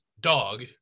dog